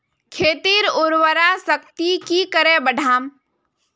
खेतीर उर्वरा शक्ति की करे बढ़ाम?